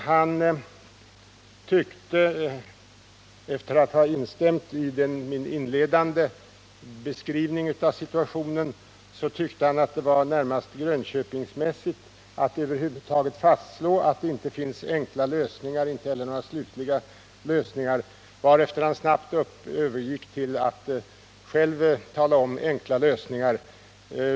Han tyckte, efter att ha instämt i min inledande beskrivning av situationen, att det var närmast Grönköpingsmässigt att över huvud taget fastslå att det inte finns enkla lösningar och inte heller några slutliga lösningar, varefter han snabbt övergick till att själv anvisa enkla lösningar.